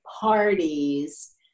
parties